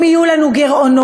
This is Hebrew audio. אם יהיו לנו גירעונות?